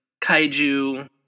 Kaiju